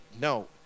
no